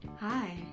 Hi